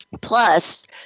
Plus